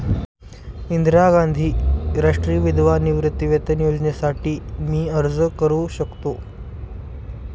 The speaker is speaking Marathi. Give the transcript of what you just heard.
इंदिरा गांधी राष्ट्रीय विधवा निवृत्तीवेतन योजनेसाठी मी अर्ज करू शकतो?